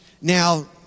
Now